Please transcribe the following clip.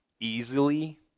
easily